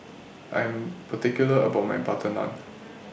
I'm particular about My Butter Naan